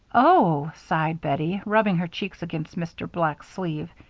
oh, sighed bettie, rubbing her cheek against mr. black's sleeve,